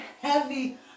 heavy